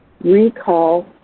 recall